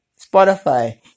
Spotify